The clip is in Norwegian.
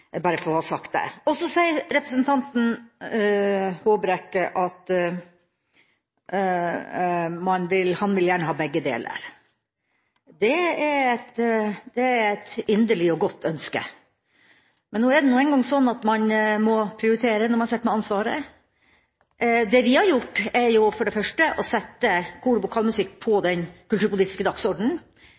bare for å ha sagt det. Så sier representanten Håbrekke at han gjerne vil ha begge deler. Det er et inderlig og godt ønske. Men nå er det nå engang sånn at man må prioritere når man sitter med ansvaret. Det vi har gjort, er for det første å sette kor- og vokalmusikk på den kulturpolitiske dagsordenen,